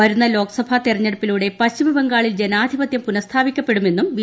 വരുന്ന ലോക്സ്ട് ത്തരഞ്ഞെടുപ്പിലൂടെ പശ്ചിമബംഗാളിൽ ജർമ്ഗ്ധിപത്യം പുനഃസ്ഥാപിക്കപ്പെടുമെന്നും ബി